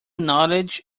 knowledge